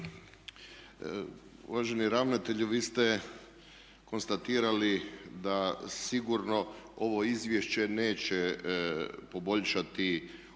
Uvaženi ravnatelju vi ste konstatirali da sigurno ovo izvješće neće poboljšati odnos